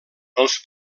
els